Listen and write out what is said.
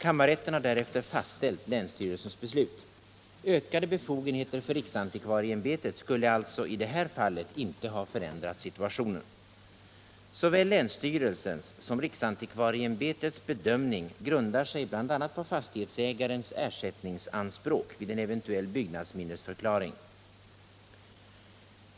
Kammarrätten har därefter fastställt länsstyrelsens beslut. Ökade befogenheter för riksantikvarieämbetet skulle alltså i det här fallet inte ha förändrat situationen. Såväl länsstyrelsens som riksantikvarieämbetets bedömning grundar sig bl.a. på fastighetsägarens ersättningsanspråk vid en eventuell byggnadsminnesförklaring.